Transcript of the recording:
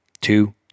Two